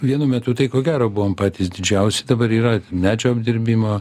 vienu metu tai ko gero buvom patys didžiausi dabar yra medžio apdirbimo